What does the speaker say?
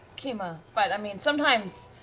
kima, but i mean sometimes,